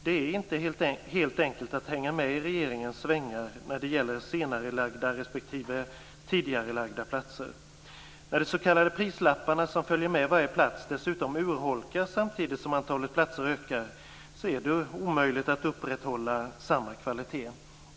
Det är inte helt enkelt att hänga med i regeringens svängar när det gäller senarelagda respektive tidigarelagda platser. När de s.k. prislapparna som följer med varje plats dessutom urholkas samtidigt som antalet platser ökar är det omöjligt att upprätthålla samma kvalitet.